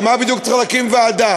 למה בדיוק צריך להקים ועדה?